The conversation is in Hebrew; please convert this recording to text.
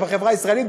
בחברה הישראלית,